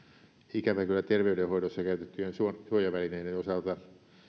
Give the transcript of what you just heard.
ikävä kyllä terveydenhoidossa käytettyjen suojavälineiden osalta